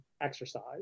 exercise